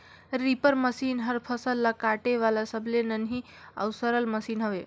reaper machine हर फसल ल काटे वाला सबले नान्ही अउ सरल मसीन हवे